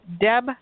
Deb